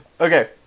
Okay